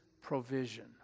provision